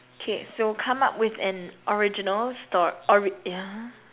K so come up with an original sto~ ori~ !huh!